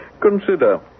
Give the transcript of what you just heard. Consider